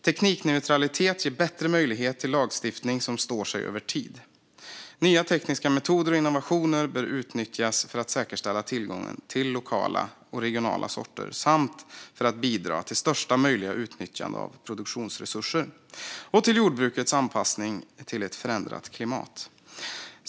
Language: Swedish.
Teknikneutralitet ger bättre möjlighet till lagstiftning som står sig över tid. Nya tekniska metoder och innovationer bör utnyttjas för att säkerställa tillgång till lokala och regionala sorter samt för att bidra till största möjliga utnyttjande av produktionsresurser och till jordbrukets anpassning till ett förändrat klimat.